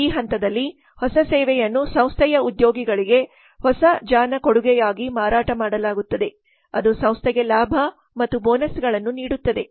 ಈ ಹಂತದಲ್ಲಿ ಹೊಸ ಸೇವೆಯನ್ನು ಸಂಸ್ಥೆಯ ಉದ್ಯೋಗಿಗಳಿಗೆ ಹೊಸ ಜಾಣ ಕೊಡುಗೆಯಾಗಿ ಮಾರಾಟ ಮಾಡಲಾಗುತ್ತದೆ ಅದು ಸಂಸ್ಥೆಗೆ ಲಾಭ ಮತ್ತು ಬೋನಸ್ಗಳನ್ನು ನೀಡುತ್ತದೆ